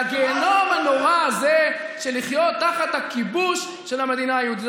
מהגיהינום הנורא הזה של לחיות תחת הכיבוש של המדינה היהודית.